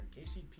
KCP